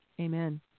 Amen